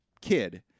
kid